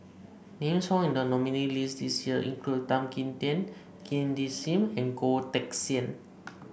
names found in the nominees' list this year include Tan Kim Tian Cindy Sim and Goh Teck Sian